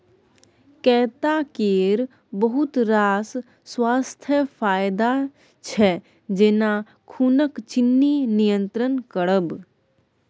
कैता केर बहुत रास स्वास्थ्य फाएदा छै जेना खुनक चिन्नी नियंत्रण करब